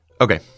Okay